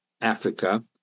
Africa